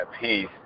peace